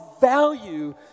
value